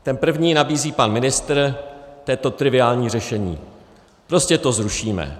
Ten první nabízí pan ministr, to je to triviální řešení, prostě to zrušíme.